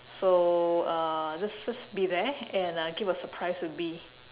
so uh just just be there and uh give a surprise to B